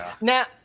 Now